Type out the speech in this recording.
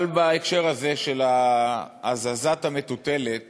אבל בהקשר הזה, של הזזת המטוטלת